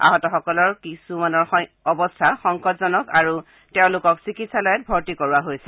আহতসকলৰ কিছুমানৰ অৱস্থা সংকটজনক আৰু তেওঁলোকক চিকিৎসালয়ত ভৰ্তি কৰোৱা হৈছে